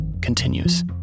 continues